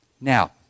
Now